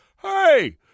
Hey